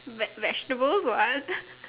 V vegetables what